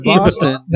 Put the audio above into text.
Boston